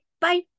Bye